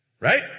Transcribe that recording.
right